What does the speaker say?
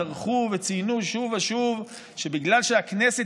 טרחו וציינו שוב ושוב שבגלל שהכנסת